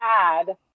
add